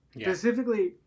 specifically